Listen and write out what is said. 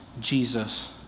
Jesus